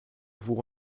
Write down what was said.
vous